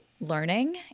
learning